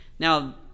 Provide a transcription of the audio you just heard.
Now